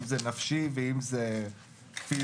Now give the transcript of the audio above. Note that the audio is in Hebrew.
אם זה נפשי ואם זה פיזי.